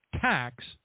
tax